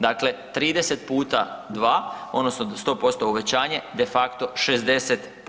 Dakle, 30 puta 2, odnosno 100 uvećanje, de facto 60%